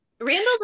Randall